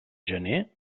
gener